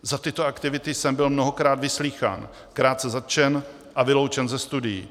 Za tyto aktivity jsem byl mnohokrát vyslýchán, krátce zatčen a vyloučen ze studií.